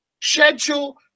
schedule